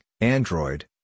Android